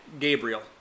Gabriel